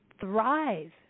thrive